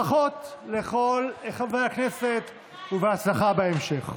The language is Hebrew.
ברכות לכל חברי הכנסת ובהצלחה בהמשך.